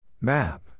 Map